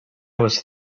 was